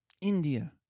India